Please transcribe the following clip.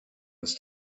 was